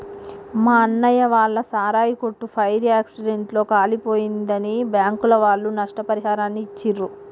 మా అన్నయ్య వాళ్ళ సారాయి కొట్టు ఫైర్ యాక్సిడెంట్ లో కాలిపోయిందని బ్యాంకుల వాళ్ళు నష్టపరిహారాన్ని ఇచ్చిర్రు